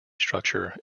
structure